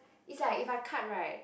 is like if I cut right